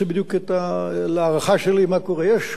להערכה שלי מה קורה: יש קודם כול מין תופעה,